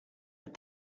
but